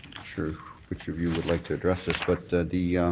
sure which of you would like to address this, but the